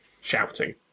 shouting